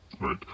right